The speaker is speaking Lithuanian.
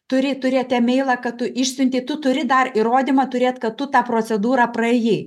turi turėt emeilą kad tu išsiuntei tu turi dar įrodymą turėt kad tu tą procedūrą praėjai